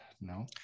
No